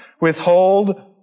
withhold